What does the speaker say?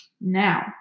Now